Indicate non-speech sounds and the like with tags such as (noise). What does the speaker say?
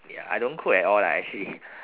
ya I don't cook at all lah actually (laughs)